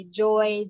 joy